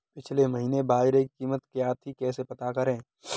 पिछले महीने बाजरे की कीमत क्या थी कैसे पता करें?